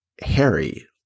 Harry